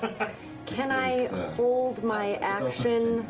can i hold my action?